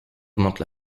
augmente